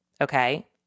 okay